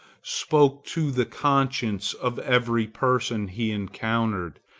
spoke to the conscience of every person he encountered,